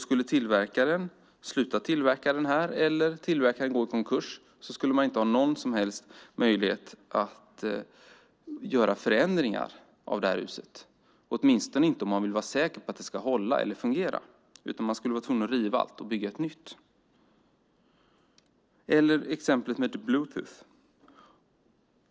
Skulle tillverkaren sluta tillverka den här eller gå i konkurs skulle man inte ha någon som helst möjlighet att göra förändringar av huset, åtminstone inte om man vill vara säker på att det ska hålla eller fungera. Man skulle vara tvungen att riva allt och bygga ett nytt. Vi har också exemplet med Bluetooth.